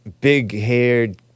big-haired